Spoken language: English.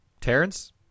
Terrence